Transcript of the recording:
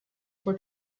for